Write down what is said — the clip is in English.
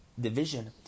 division